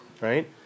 right